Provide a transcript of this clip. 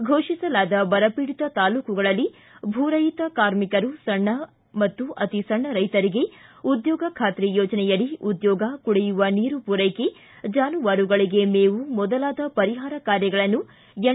ಫೋಷಿಸಲದ ಬರಪೀಡಿತ ತಾಲ್ಲೂಕುಗಳಲ್ಲಿ ಭೂರಓತ ಕಾರ್ಮಿಕರು ಸಣ್ಣ ಮತ್ತು ಅತಿಸಣ್ಣ ರೈತರಿಗೆ ಉದ್ಯೋಗ ಖಾತರಿ ಯೋಜನೆಯಡಿ ಉದ್ಯೋಗ ಕುಡಿಯುವ ನೀರು ಪೂರೈಕೆ ಜಾನುವಾರುಗಳಿಗೆ ಮೇವು ಮೊದಲಾದ ಪರಿಹಾರ ಕಾರ್ಯಗಳನ್ನು ಎನ್